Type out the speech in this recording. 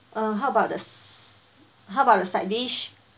uh how about the s~ how about the side dish